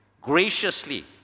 graciously